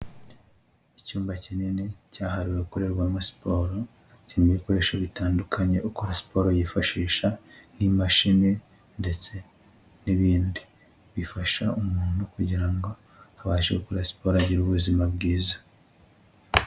Icyumba kinini cyahariwe gukorerwamo siporo, kirimo ibikoresho bitandukanye, ukora siporo yifashisha, n'imashini ndetse n'ibindi. Bifasha umuntu kugira ngo abashe gukora siporo agire ubuzima bwiza.